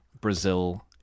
Brazil